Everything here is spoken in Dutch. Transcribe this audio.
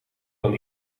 dan